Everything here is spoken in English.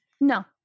No